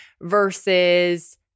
versus